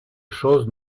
choses